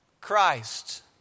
Christ